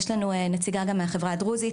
יש לנו גם נציגה מהחברה הדרוזית,